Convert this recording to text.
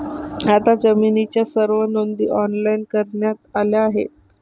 आता जमिनीच्या सर्व नोंदी ऑनलाइन करण्यात आल्या आहेत